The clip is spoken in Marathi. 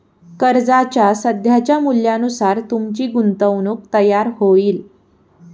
कर्जाच्या सध्याच्या मूल्यानुसार तुमची गुंतवणूक तयार होईल